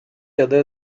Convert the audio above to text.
other